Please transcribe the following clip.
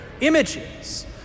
images